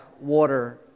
water